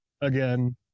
again